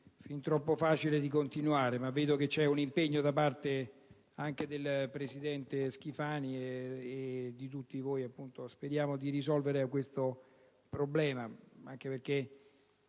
troppo facile continuare, anche se vedo che c'è un impegno del presidente Schifani e di tutti voi. Speriamo di risolvere questo problema,